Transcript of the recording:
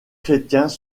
chrétiens